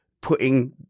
putting